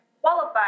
qualify